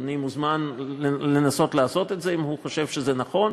אדוני מוזמן לנסות לעשות את זה אם הוא חושב שזה נכון,